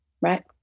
Right